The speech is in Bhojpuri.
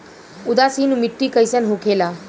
उदासीन मिट्टी कईसन होखेला?